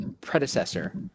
predecessor